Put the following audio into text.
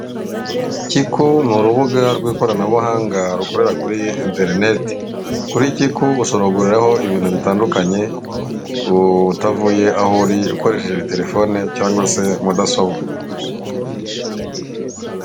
Kiko ni urubuga rw'ikoranabuhanga rukorera kuri interineti kuri kiku ushobora kuguriraho ibintu bitandukanye utavuye aho uri ukoresheje telefone cyangwa se mudasobwa.